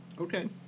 Okay